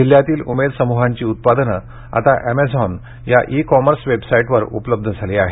जिल्हातील उमेद सम्हांची उत्पादने आता एमेझान या ई कॉमर्स वेबसाईटवर उपलब्ध झाली आहेत